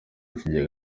kigega